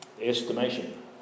estimation